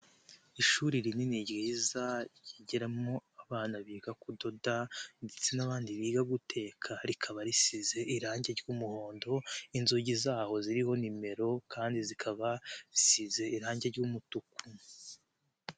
Ishuri rinini ryiza ryigiramo abana biga kudoda ndetse n'abandi biga guteka rikaba risize irange ry'umuhondo, inzugi zaho ziriho nimero kandi zikaba zisize irange ry'umutuku.